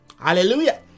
Hallelujah